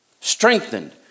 strengthened